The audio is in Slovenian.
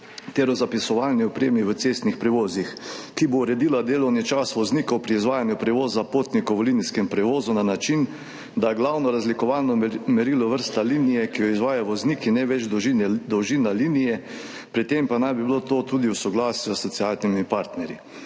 ter o zapisovalni opremi v cestnih prevozih, ki bo uredila delovni čas voznikov pri izvajanju prevoza potnikov v linijskem prevozu na način, da je glavno razlikovano merilo vrsta linije, ki jo izvaja voznik, in ne več dolžina linije, pri tem pa naj bi bilo to tudi v soglasju s socialnimi partnerji.